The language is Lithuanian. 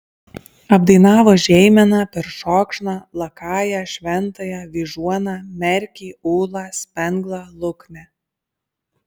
apdainavo žeimeną peršokšną lakają šventąją vyžuoną merkį ūlą spenglą luknę